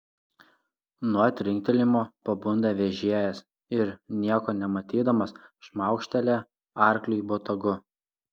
nuo trinktelėjimo pabunda vežėjas ir nieko nematydamas šmaukštelia arkliui botagu